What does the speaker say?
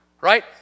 right